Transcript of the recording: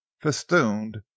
festooned